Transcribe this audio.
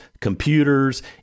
computers